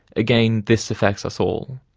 again, this affects us all.